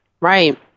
Right